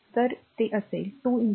तर ते असेल 2 i